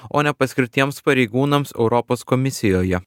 o ne paskirtiems pareigūnams europos komisijoje